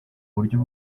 buryo